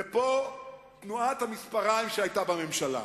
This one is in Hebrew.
ופה תנועת המספריים שהיתה בממשלה,